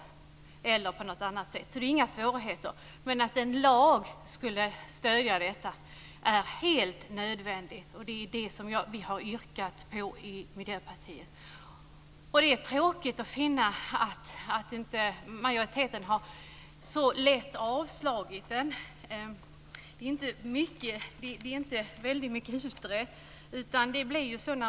Man kan också göra på något annat sätt. Men det är helt nödvändigt att få en lag som stöder detta, och det är det som vi har yrkat i Miljöpartiet. Det är tråkigt att finna att majoriteten så lätt avstyrker den. Detta är inte mycket utrett.